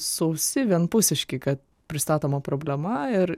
sausi vienpusiški kad pristatoma problema ir